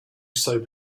soap